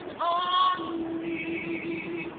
and on me,